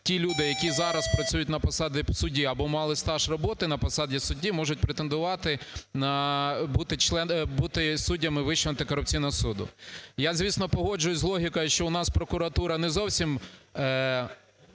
ті люди, які зараз працюють на посаді судді або мали стаж роботи на посаді судді, можуть претендувати на … бути суддями Вищого антикорупційного суду. Я, звісно, погоджуюсь з логікою, що в нас прокуратура не зовсім